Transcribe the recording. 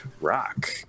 rock